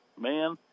man